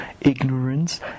ignorance